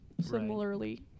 similarly